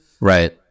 Right